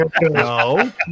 No